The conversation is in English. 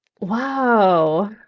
Wow